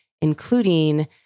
including